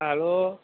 hello